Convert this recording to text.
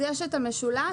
יש את המשולש,